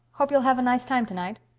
hope you'll have a nice time tonight.